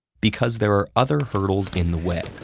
because there are other hurdles in the way,